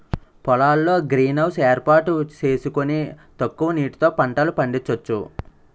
పొలాల్లో green house ఏర్పాటు సేసుకొని తక్కువ నీటితో పంటలు పండించొచ్చు